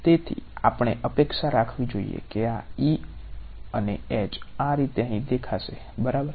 તેથી આપણે અપેક્ષા રાખવી જોઈએ કે આ અને આ રીતે અહી દેખાશે બરાબર